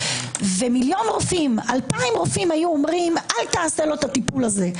ומיליון רופאים היו אומרים: אל תעשה את הטיפול הזה,